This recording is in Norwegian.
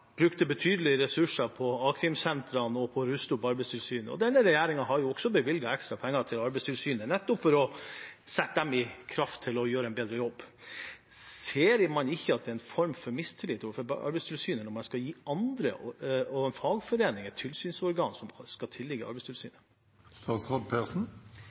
brukte betydelige ressurser på a-krimsentrene og på å ruste opp Arbeidstilsynet, og denne regjeringen har også bevilget ekstra penger til Arbeidstilsynet, nettopp for å sette dem i kraft til å gjøre en bedre jobb. Ser man ikke at det er en form for mistillit overfor Arbeidstilsynet når man skal gjøre fagforeninger til tilsynsorgan, noe som skal tilligge